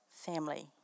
family